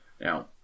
Now